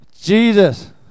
Jesus